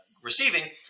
receiving